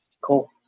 cool